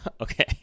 Okay